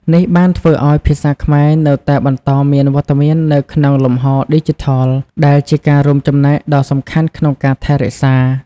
នេះបានធ្វើឱ្យភាសាខ្មែរនៅតែបន្តមានវត្តមាននៅក្នុងលំហឌីជីថល ដែលជាការរួមចំណែកដ៏សំខាន់ក្នុងការថែរក្សា។